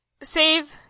save